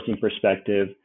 perspective